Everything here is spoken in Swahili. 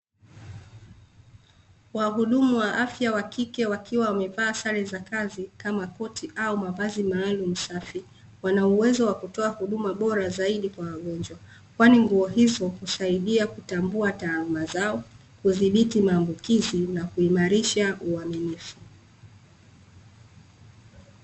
Wahudumu wa afya wakike wakiwa wamevaa sare za kazi kama koti au mavazi maalum safi, wana uwezo wa kutoa huduma bora zaidi kwa wagonjwa. Kwani nguo hizo husaidia kutambua taaluma zao, kudhibiti maambukizi na kuimarisha uaminifu.